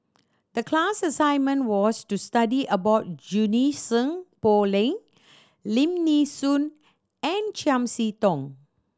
the class assignment was to study about Junie Sng Poh Leng Lim Nee Soon and Chiam See Tong